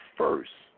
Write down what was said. first